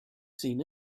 seen